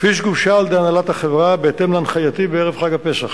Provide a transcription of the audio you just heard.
כפי שגובשה על-ידי הנהלת החברה בהתאם להנחייתי בערב חג הפסח.